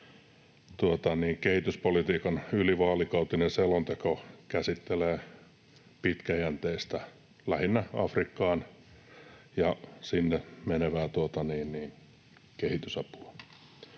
kehityspolitiikan ylivaalikautinen selonteko käsittelee pitkäjänteistä, lähinnä Afrikkaan menevää kehitysapua.